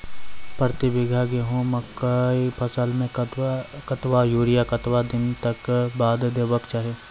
प्रति बीघा गेहूँमक फसल मे कतबा यूरिया कतवा दिनऽक बाद देवाक चाही?